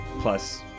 plus